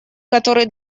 который